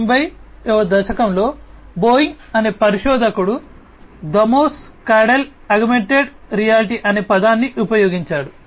1990 వ దశకంలో బోయింగ్ పరిశోధకుడు థమోస్ కాడెల్ ఆగ్మెంటెడ్ రియాలిటీ అనే పదాన్ని ఉపయోగించాడు